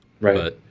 right